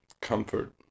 comfort